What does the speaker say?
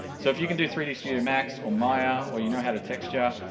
so if you can do three d studio max, or maya, or you know how to texture,